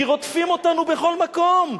כי רודפים אותנו בכל מקום,